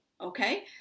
okay